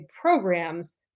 programs